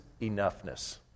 enoughness